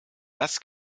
das